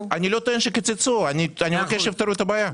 אני לא טוען שקיצצו, אני מבקש שיפתרו את הבעיה.